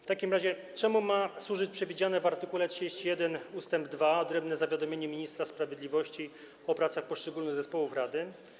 W takim razie czemu ma służyć przewidziane w art. 31 ust. 2 odrębne zawiadomienie ministra sprawiedliwości o pracach poszczególnych zespołów rady?